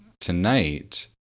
tonight